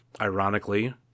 ironically